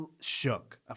shook